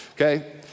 Okay